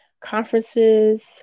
conferences